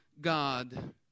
God